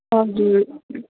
हजुर